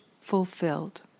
fulfilled